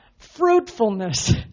fruitfulness